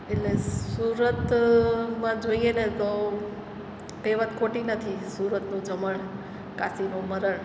એટલે સુરત માં જોઈએ ને તો કહેવત ખોટી નથી સુરતનું જમણ કાશીનું મરણ